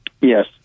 Yes